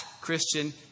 Christian